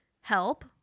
help